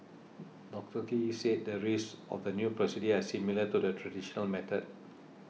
Doctor Lee said the risks of the new procedures are similar to the traditional method